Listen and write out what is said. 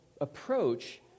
approach